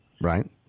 Right